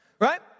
Right